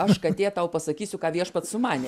aš katė tau pasakysiu ką viešpats sumanė